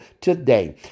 today